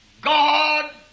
God